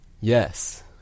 Yes